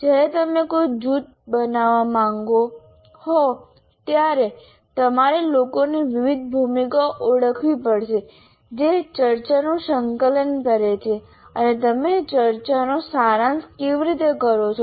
જ્યારે તમે કોઈ જૂથ બનાવવા માંગતા હો ત્યારે તમારે લોકોને વિવિધ ભૂમિકાઓ ઓળખવી પડશે જે ચર્ચાનું સંકલન કરે છે અને તમે ચર્ચાનો સારાંશ કેવી રીતે કરો છો